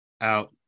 out